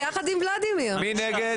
מי נגד?